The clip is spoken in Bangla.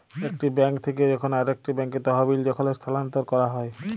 একটি বেঙ্ক থেক্যে যখন আরেকটি ব্যাঙ্কে তহবিল যখল স্থানান্তর ক্যরা হ্যয়